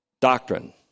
doctrine